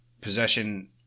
possession